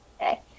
Okay